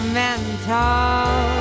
mental